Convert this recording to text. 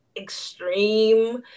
extreme